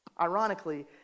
Ironically